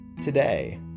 today